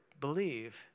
Believe